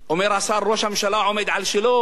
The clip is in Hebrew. אומר השר: ראש הממשלה עומד על שלו.